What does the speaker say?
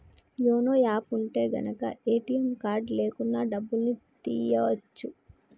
YONO app ఉంటె గనక ATM card లేకున్నా డబ్బుల్ని తియ్యచ్చును